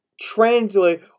translate